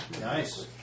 Nice